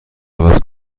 عوض